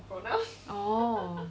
orh